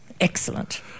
excellent